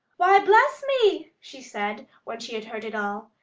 why, bless me! she said, when she had heard it all.